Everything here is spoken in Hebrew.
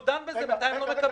הוא דן בזה ובינתיים הם לא מקבלים.